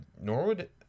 Norwood